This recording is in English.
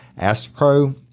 AstroPro